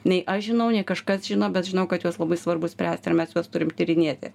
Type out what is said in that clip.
nei aš žinau nei kažkas žino bet žinau kad juos labai svarbu spręst ir mes juos turim tyrinėti